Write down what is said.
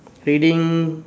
feeling